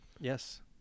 yes